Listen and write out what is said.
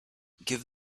give